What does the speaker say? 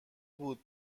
بود